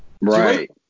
Right